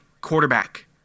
quarterback